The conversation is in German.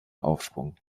aufschwung